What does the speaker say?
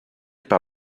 par